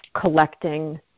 collecting